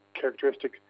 characteristic